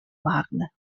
marne